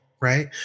Right